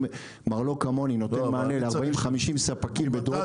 אם מרלו"ג כמוני נותן מענה לארבעים או חמישים ספקים במקום